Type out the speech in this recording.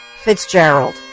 Fitzgerald